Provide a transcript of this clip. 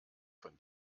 von